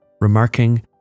remarking